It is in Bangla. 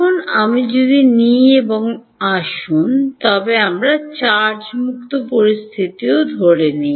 এখন আমি যদি নিই এবং আসুন তবে আমাদের চার্জমুক্ত পরিস্থিতিও ধরে নিই